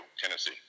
Tennessee